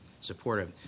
supportive